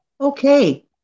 Okay